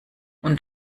und